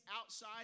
outside